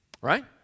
Right